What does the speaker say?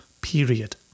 period